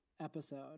episode